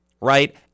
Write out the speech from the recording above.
right